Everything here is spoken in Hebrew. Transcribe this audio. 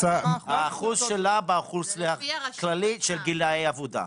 האחוז שלה באוכלוסייה הכללית של גילאי עבודה.